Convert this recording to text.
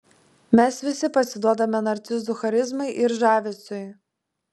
mes visi pasiduodame narcizų charizmai ir žavesiui